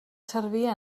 servir